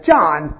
John